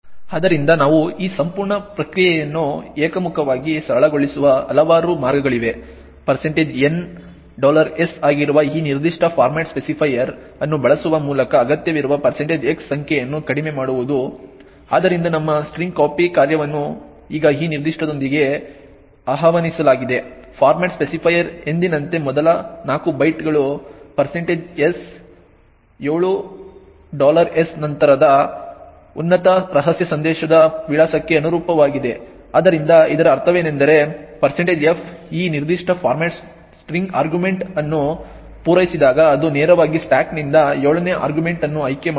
ಆದ್ದರಿಂದ ನಾವು ಈ ಸಂಪೂರ್ಣ ಪ್ರಕ್ರಿಯೆಯನ್ನು ಏಕಮುಖವಾಗಿ ಸರಳಗೊಳಿಸುವ ಹಲವಾರು ಮಾರ್ಗಗಳಿವೆ Ns ಆಗಿರುವ ಈ ನಿರ್ದಿಷ್ಟ ಫಾರ್ಮ್ಯಾಟ್ ಸ್ಪೆಸಿಫೈಯರ್ ಅನ್ನು ಬಳಸುವ ಮೂಲಕ ಅಗತ್ಯವಿರುವ x ಸಂಖ್ಯೆಯನ್ನು ಕಡಿಮೆ ಮಾಡುವುದು ಆದ್ದರಿಂದ ನಮ್ಮ strcpy ಕಾರ್ಯವನ್ನು ಈಗ ಈ ನಿರ್ದಿಷ್ಟದೊಂದಿಗೆ ಆಹ್ವಾನಿಸಲಾಗಿದೆ ಫಾರ್ಮ್ಯಾಟ್ ಸ್ಪೆಸಿಫೈಯರ್ ಎಂದಿನಂತೆ ನ ಮೊದಲ 4 ಬೈಟ್ಗಳು 7 ನಂತರದ ಉನ್ನತ ರಹಸ್ಯ ಸಂದೇಶದ ವಿಳಾಸಕ್ಕೆ ಅನುರೂಪವಾಗಿದೆ ಆದ್ದರಿಂದ ಇದರ ಅರ್ಥವೇನೆಂದರೆ printf ಈ ನಿರ್ದಿಷ್ಟ ಫಾರ್ಮ್ಯಾಟ್ ಸ್ಟ್ರಿಂಗ್ ಆರ್ಗ್ಯುಮೆಂಟ್ ಅನ್ನು ಪೂರೈಸಿದಾಗ ಅದು ನೇರವಾಗಿ ಸ್ಟಾಕ್ನಿಂದ 7 ನೇ ಆರ್ಗ್ಯುಮೆಂಟ್ ಅನ್ನು ಆಯ್ಕೆ ಮಾಡುತ್ತದೆ